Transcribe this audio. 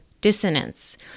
dissonance